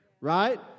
right